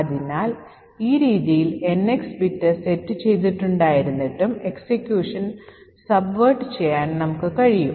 അതിനാൽ ഈ രീതിയൽ NX ബിറ്റ് സെറ്റ് ചെയ്തിട്ടുണ്ടായിരുന്നിട്ടും എക്സിക്യൂഷൻ അട്ടിമറിക്കാൻ നമുക്ക് കഴിയും